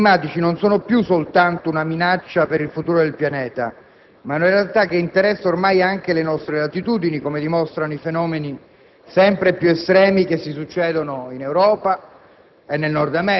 I mutamenti climatici non sono più soltanto una minaccia per il futuro del pianeta, ma una realtà che interessa ormai anche le nostre latitudini, come dimostrano i fenomeni sempre più estremi che si succedono in Europa